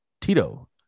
Tito